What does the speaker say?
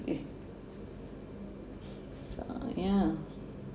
so ya